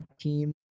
team